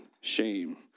shame